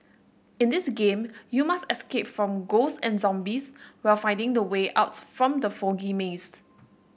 in this game you must escape from ghost and zombies while finding the way out from the foggy mazed